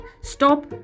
stop